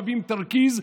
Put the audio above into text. מביאים תרכיז,